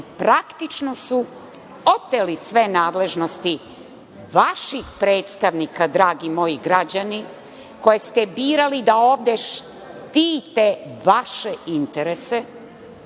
praktično su oteli sve nadležnosti vaših predstavnika, dragi moji građani koje ste birali da ovde štite vaše interese. Sve